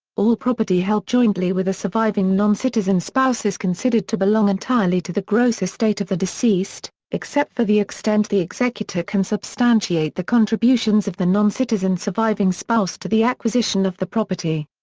all property held jointly with a surviving noncitizen spouse is considered to belong entirely to the gross estate of the deceased, except for the extent the executor can substantiate the contributions of the noncitizen surviving spouse to the acquisition of the property.